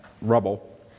rubble